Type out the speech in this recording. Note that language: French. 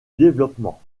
développement